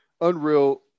unreal